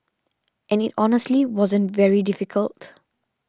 and it honestly wasn't very difficult